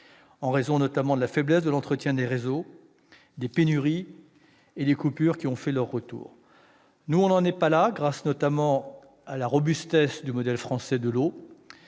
en raison notamment de la faiblesse de l'entretien des réseaux, des pénuries et des coupures ont fait leur retour. Nous n'en sommes pas là, grâce notamment à la robustesse du modèle français de l'eau.